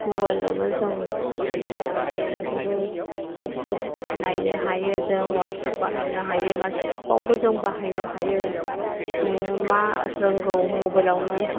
मबाइलजोंनो जों सिनिमाबाबो नुजोबो इउटिउब नायनो हायो जों हाटसाप बाहायनो हायो गासैबावबो जों बाहायनो हायो नोङो मा रोंगौ मबाइलावनो